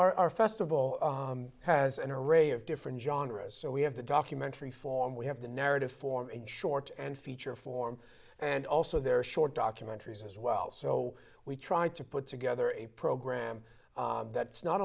our festival has an array of different genres so we have the documentary form we have the narrative form in short and feature form and also they're short documentaries as well so we try to put together a program that's not